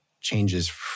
changes